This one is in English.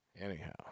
Anyhow